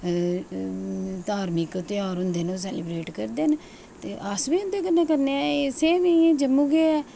धार्मिक धेयार होंदे न रैलीब्रेट करदे न ते अस बी उंदे कन्नै करनें आं एह् असेंई बी उ'यां गै